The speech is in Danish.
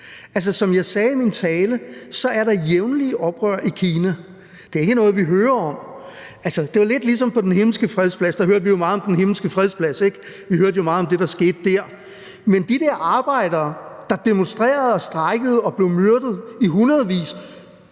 Som jeg sagde i min tale, er der jævnlige oprør i Kina. Det er ikke noget, vi hører om. Det er jo lidt ligesom med Den Himmelske Freds Plads. Der hørte vi jo meget om Den Himmelske Freds Plads og om det, der skete der, men de der arbejdere, der demonstrerede og strejkede og blev myrdet i hundredvis